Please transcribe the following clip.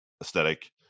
aesthetic